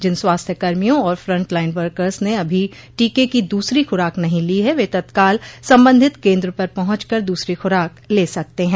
जिन स्वास्थ्य कर्मियों और फ्रंट लाइन वर्कस ने अभी टीके की दूसरी खुराक नहीं ली है वे तत्काल संबंधित केन्द्र पर पहुंच कर दूसरी खुराक ले सकते हैं